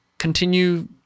continue